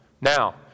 Now